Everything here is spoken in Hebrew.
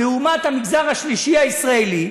לעומת המגזר השלישי הישראלי,